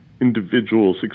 individuals